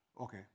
Okay